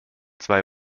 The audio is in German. zwei